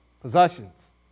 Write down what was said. possessions